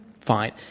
fine